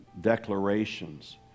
declarations